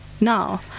now